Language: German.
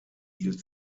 hielt